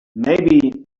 maybe